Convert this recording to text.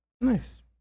Nice